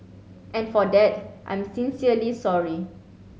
and for that I'm sincerely sorry